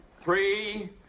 three